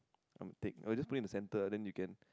I'm going to take no I just put it in the center ah then you can